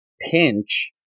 Pinch